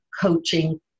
coaching